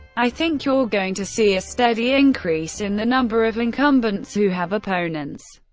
i think you're going to see a steady increase in the number of incumbents who have opponents,